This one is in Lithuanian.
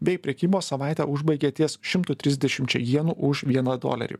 bei prekybos savaitę užbaigė ties šimtu trisdešimčia jenų už vieną dolerį